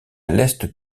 l’est